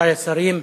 רבותי השרים,